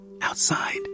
outside